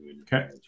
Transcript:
Okay